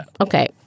okay